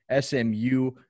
SMU